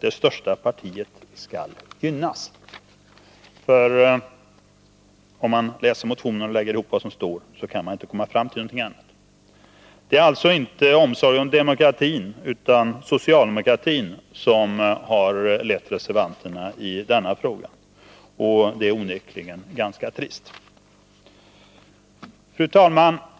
det största partiet skall gynnas. Om man läser motionen och lägger ihop de fakta som står där kan man inte komma fram till någonting annat. Det är alltså inte omsorg om demokratin utan om socialdemokratin som har lett reservanterna i denna fråga. Det är onekligen ganska trist. Fru talman!